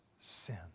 sin